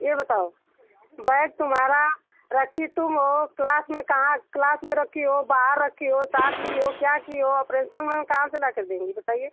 ये बताओ बैग तुम्हारा रखी तुम हो क्लास में कहाँ क्लास में रखी हो बाहर रखी हो साथ ली हो क्या की हो अब प्रिंसिपल मैम कहाँ से लाकर देंगी बताइए